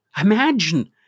Imagine